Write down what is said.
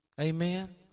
Amen